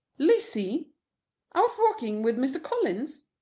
lizzy out walking with mr. collins?